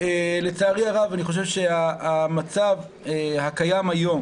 לצערי הרב, המצב הקיים היום